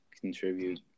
contribute